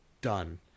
done